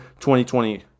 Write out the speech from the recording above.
2020